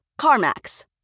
CarMax